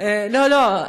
אין מתנגדים, אין נמנעים.